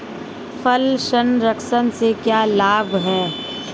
फल संरक्षण से क्या लाभ है?